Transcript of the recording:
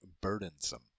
burdensome